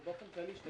זה באופן כללי.